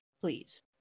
Please